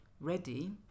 ready